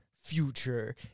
Future